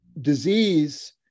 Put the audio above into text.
disease